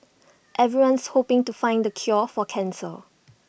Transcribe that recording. everyone's hoping to find the cure for cancer